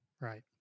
Right